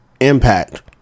impact